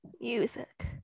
music